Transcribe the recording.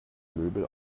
möbel